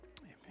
Amen